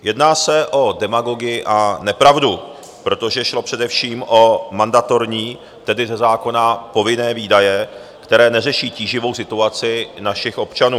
Jedná se o demagogii a nepravdu, protože šlo především o mandatorní, tedy ze zákona povinné výdaje, které neřeší tíživou situaci našich občanů.